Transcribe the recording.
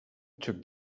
took